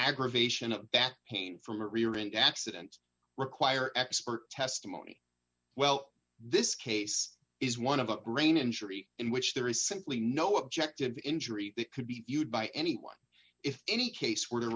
aggravation of that pain from a rear end accident require expert testimony well this case is one of a brain injury in which there is simply no objective injury that could be viewed by anyone if any case were to